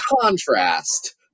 contrast